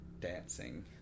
dancing